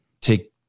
take